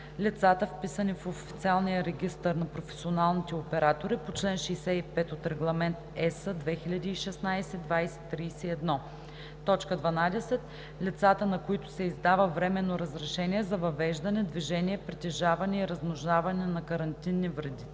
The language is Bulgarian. лицата, вписани в официалния регистър на професионалните оператори по чл. 65 от Регламент (EС) 2016/2031; 12. лицата, на които се издава временно разрешение за въвеждане, движение, притежаване и размножаване на карантинни вредители,